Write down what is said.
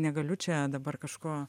negaliu čia dabar kažko